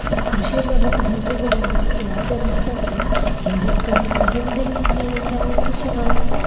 ಕೃಷಿಯಿಂದ ಬಟ್ ಜನರಿಗೆ ವ ಯಾವುದೇ ನಷ್ಟ ಇಲ್ಲ ಹಿಂದಿನ ಕಾಲ ಹಿಂದಿನ ಜನ್ರೇಷನ್ನವರ್ಗೂ